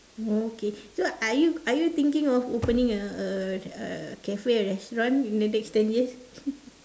oh okay so are you are you thinking of opening a a a cafe or restaurant in the next ten years